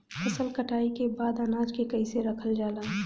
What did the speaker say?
फसल कटाई के बाद अनाज के कईसे रखल जाला?